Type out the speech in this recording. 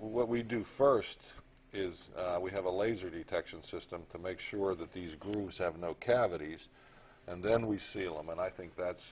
what we do first is we have a laser detection system to make sure that these groups have no cavities and then we seal them and i think that's